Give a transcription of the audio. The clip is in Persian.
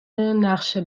نقشه